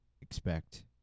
expect